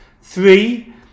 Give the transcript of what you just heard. Three